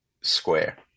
square